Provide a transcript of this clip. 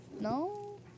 no